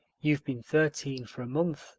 you've been thirteen for a month,